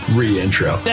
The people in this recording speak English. re-intro